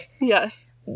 yes